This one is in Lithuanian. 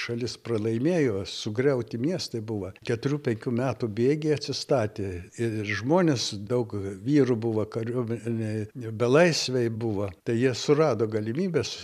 šalis pralaimėjo sugriauti miestai buvo keturių penkių metų bėgy atsistatė ir žmonės daug vyrų buvo kariuomenėj belaisviai buvo tai jie surado galimybes